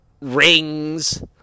rings